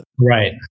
Right